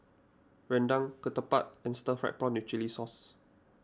Rendang Ketupat and Stir Fried Prawn with Chili Sauce